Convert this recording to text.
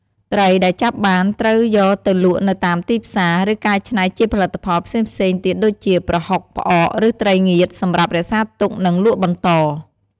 ត្រីដែលចាប់បានត្រូវបានយកទៅលក់នៅតាមទីផ្សារ ឬកែច្នៃជាផលិតផលផ្សេងៗទៀតដូចជា ប្រហុក ផ្អក ឬត្រីងៀត សម្រាប់រក្សាទុក និងលក់បន្ត។